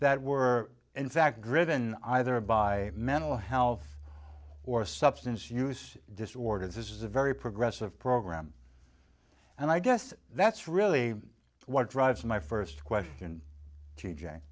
that were in fact driven either by mental health or substance use disorders this is a very progressive program and i guess that's really what drives my first question